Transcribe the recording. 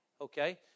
Okay